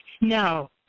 No